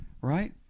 Right